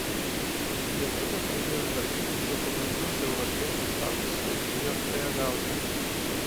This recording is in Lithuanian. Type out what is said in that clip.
lietuvė pradėjo tvarkytis dokumentus europiečio statusui jk gauti